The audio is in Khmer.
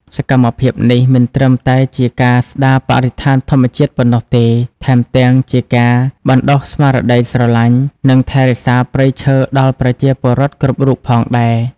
សកម្មភាពនេះមិនត្រឹមតែជាការស្ដារបរិស្ថានធម្មជាតិប៉ុណ្ណោះទេ ថែមទាំងជាការបណ្ដុះស្មារតីស្រឡាញ់ និងថែរក្សាព្រៃឈើដល់ប្រជាពលរដ្ឋគ្រប់រូបផងដែរ។